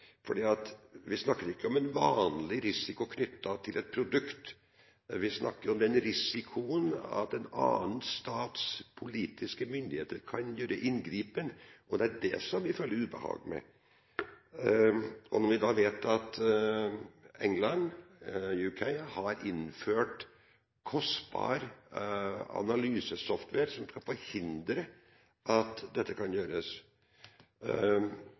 vi snakker ikke om en vanlig risiko knyttet til et produkt. Vi snakker om risikoen for at en annen stats politiske myndigheter kan gjøre inngripen, og det er det vi føler ubehag ved. Vi vet at Storbritannia har innført kostbar analysesoftware som skal forhindre at dette kan gjøres.